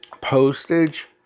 postage